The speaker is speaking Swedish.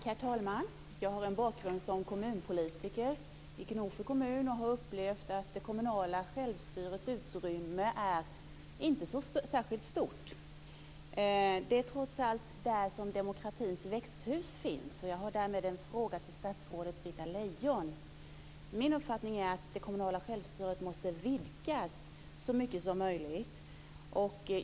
Herr talman! Jag har en bakgrund som kommunpolitiker i Gnosjö kommun och har upplevt att det kommunala självstyrets utrymme inte är så särskilt stort. Det är trots allt där som demokratins växthus finns. Jag har därmed en fråga till statsrådet Britta Min uppfattning är att det kommunala självstyret måste vidgas så mycket som möjligt.